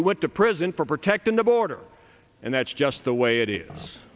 who went to prison for protecting the border and that's just the way it is